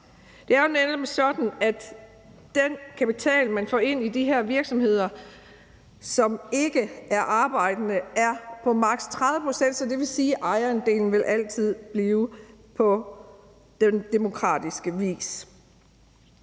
Det er jo netop sådan, at den kapital, man får ind i de her virksomheder, som ikke er arbejdende, er på maks. 30 pct. Så det vil sige, at ejerforholdene altid vil være efter det demokratiske